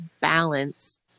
balance